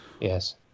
Yes